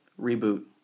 reboot